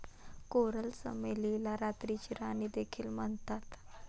coral चमेलीला रात्रीची राणी देखील म्हणतात